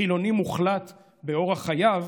חילוני מוחלט באורח חייו,